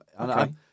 Okay